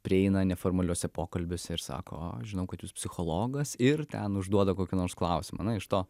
prieina neformaliuose pokalbiuose ir sako žinau kad jūs psichologas ir ten užduoda kokį nors klausimą na iš to